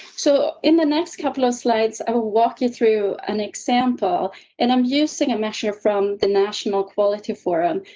so, in the next couple of slides, i will walk you through an example and i'm using a measure from the national quality forum.